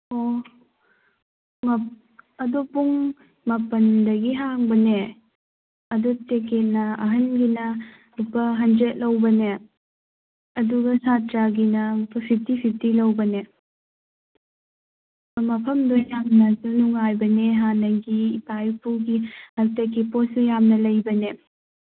ꯑꯣ ꯑꯗꯨ ꯄꯨꯡ ꯃꯥꯄꯟꯗꯒꯤ ꯍꯥꯡꯕꯅꯦ ꯑꯗꯨ ꯇꯤꯛꯀꯦꯠꯅ ꯑꯍꯟꯒꯤꯅ ꯂꯨꯄꯥ ꯍꯟꯗ꯭ꯔꯦꯠ ꯂꯧꯕꯅꯦ ꯑꯗꯨꯒ ꯁꯥꯇ꯭ꯔꯒꯤꯅ ꯂꯨꯄꯥ ꯐꯤꯐꯇꯤ ꯐꯤꯐꯇꯤ ꯂꯧꯕꯅꯦ ꯃꯐꯝꯗꯣ ꯌꯥꯝꯅꯁꯨ ꯅꯨꯡꯉꯥꯏꯕꯅꯦ ꯍꯥꯟꯅꯒꯤ ꯏꯄꯥ ꯏꯄꯨꯒꯤ ꯍꯥꯛꯇꯛꯀꯤ ꯄꯣꯠꯁꯨ ꯌꯥꯝꯅ ꯂꯩꯕꯅꯦ